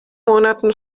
monaten